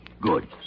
Good